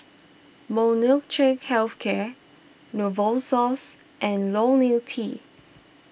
Molnylcke Health Care Novosource and Ionil T